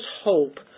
hope